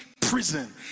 prison